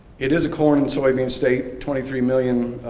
it is a corn and soybean state. twenty three million,